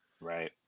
Right